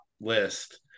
list